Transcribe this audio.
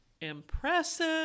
Impressive